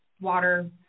water